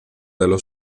dello